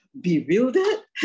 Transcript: bewildered